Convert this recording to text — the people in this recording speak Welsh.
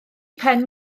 pen